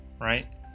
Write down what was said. right